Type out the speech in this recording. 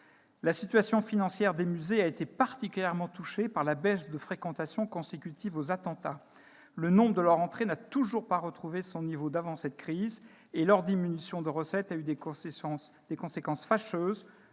La situation financière des musées a été particulièrement affectée par la baisse de fréquentation consécutive aux attentats. Le nombre d'entrées n'a toujours pas retrouvé son niveau antérieur à cette crise ; la diminution des recettes a eu quant à elle des conséquences fâcheuses